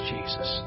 Jesus